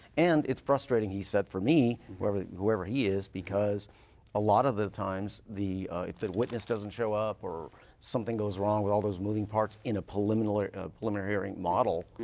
and it's frustrating, he said, for me, whoever whoever he is, because a lot of the times if the witness doesn't show up, or something goes wrong with all those moving parts in a preliminary a preliminary hearing model,